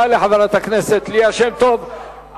תודה לחברת הכנסת ליה שמטוב.